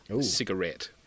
cigarette